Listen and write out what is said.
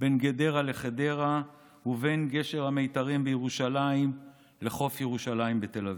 בין גדרה לחדרה ובין גשר המיתרים בירושלים לחוף ירושלים בתל אביב.